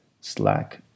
Slack